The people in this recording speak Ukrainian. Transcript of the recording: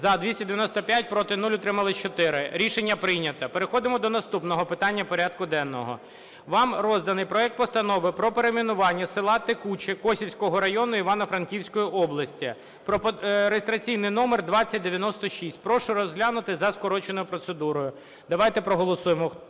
За – 295, проти – 0, утримались – 4. Рішення прийнято. Переходимо до наступного питання порядку денного. Вам розданий проект Постанови про перейменування села Текуче Косівського району Івано-Франківської області (реєстраційний номер 2096). Прошу розглянути за скороченою процедурою. Давайте проголосуємо.